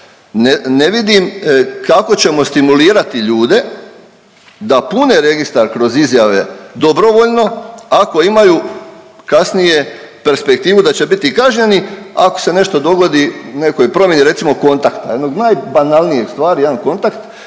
ne vidim kako ćemo stimulirati ljude da pune registar kroz izjave dobrovoljno ako imaju kasnije perspektivu da će biti kažnjeni ako se nešto dogodi u nekoj promjeni recimo kontakta, u jednoj od najbanalnijih stvari jedan kontakt,